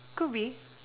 could be